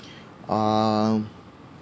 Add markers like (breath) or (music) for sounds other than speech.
(breath) um